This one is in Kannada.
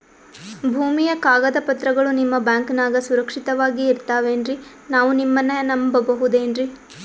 ಭೂಮಿಯ ಕಾಗದ ಪತ್ರಗಳು ನಿಮ್ಮ ಬ್ಯಾಂಕನಾಗ ಸುರಕ್ಷಿತವಾಗಿ ಇರತಾವೇನ್ರಿ ನಾವು ನಿಮ್ಮನ್ನ ನಮ್ ಬಬಹುದೇನ್ರಿ?